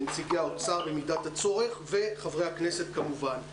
נציגי האוצר במידת הצורך וחברי הכנסת כמובן.